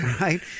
Right